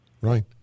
Right